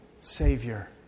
Savior